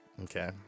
Okay